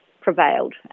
prevailed